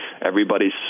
Everybody's